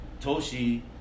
Toshi